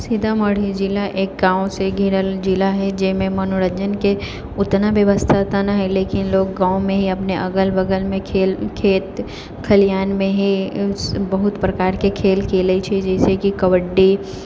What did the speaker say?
सीतामढ़ी जिला एक गाँवसँ घिरल जिला है जाहिमे मनोरञ्जनके उतना व्यवस्था तऽ नहि है लेकिन लोक गाँवमे हि अपने अगल बगलमे खेल खेत खलिहानमे ही बहुत प्रकारके खेल खेलै छै जैसे कि कबड्डी